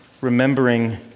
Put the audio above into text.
remembering